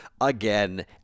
again